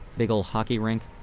big ol' hockey rink,